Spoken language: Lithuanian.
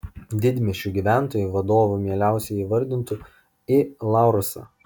didmiesčių gyventojai vadovu mieliausiai įvardintų i laursą